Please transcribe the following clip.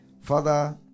Father